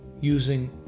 using